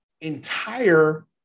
entire